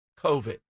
COVID